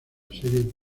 serie